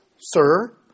sir